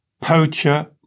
poacher